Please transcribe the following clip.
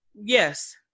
Yes